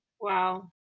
Wow